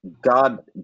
god